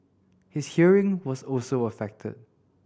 his hearing was also affected